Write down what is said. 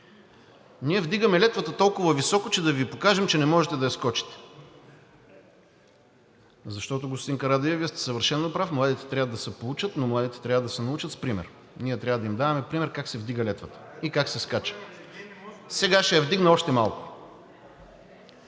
Ние вдигаме летвата толкова високо, че да Ви покажем, че не можете да я скочите. Защото, господин Карадайъ, Вие сте съвършено прав – младите трябва да се поучат, но младите трябва да се научат с пример и ние трябва да им даваме пример как се вдига летвата и как се скача. Сега ще я вдигна още малко.